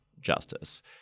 justice